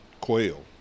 quail